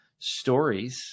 stories